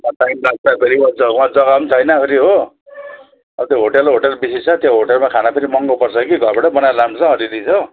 अनि त टाइम लाग्छ फेरि वहाँ जग्गा जग्गा पनि छैन आखिरी हो त्यो होटेल होटेल बेसी छ त्यो होटेलमा खाना फेरि महङ्गो पर्छ कि घरबाटै बनाएर लानुपर्छ अलि अलि हो